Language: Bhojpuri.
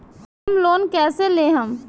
होम लोन कैसे लेहम?